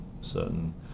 certain